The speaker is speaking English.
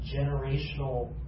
generational